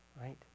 Right